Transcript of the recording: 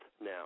now